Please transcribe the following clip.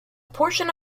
portion